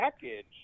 package